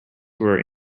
were